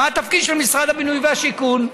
מה התפקיד של משרד הבינוי והשיכון?